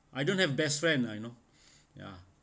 I don't have best friend lah you know ya